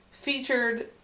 featured